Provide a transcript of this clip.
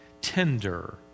tender